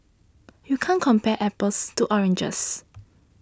you can't compare apples to oranges